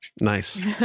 nice